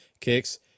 kicks